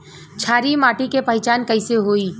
क्षारीय माटी के पहचान कैसे होई?